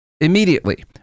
immediately